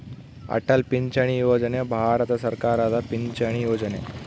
ಅಟಲ್ ಪಿಂಚಣಿ ಯೋಜನೆ ಭಾರತ ಸರ್ಕಾರದ ಪಿಂಚಣಿ ಯೊಜನೆ